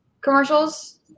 commercials